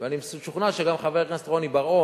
אני משוכנע שגם חבר הכנסת רוני בר-און,